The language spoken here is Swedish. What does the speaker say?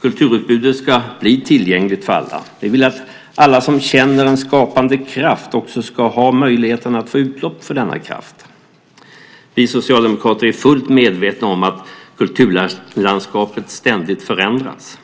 Kulturutbudet ska bli tillgängligt för alla. Vi vill att alla som känner en skapande kraft också ska ha möjlighet att få utlopp för denna kraft. Vi socialdemokrater är fullt medvetna om att kulturlandskapet ständigt förändras.